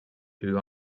who